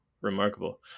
remarkable